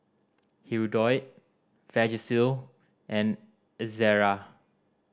Hirudoid Vagisil and Ezerra